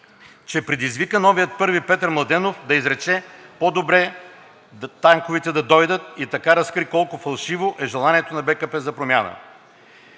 че предизвика новият първи Петър Младенов да изрече: „По-добре танковете да дойдат!“, и така разкри колко фалшиво е желанието на БКП за промяна.